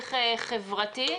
תהליך חברתי.